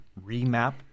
remap